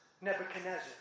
Nebuchadnezzar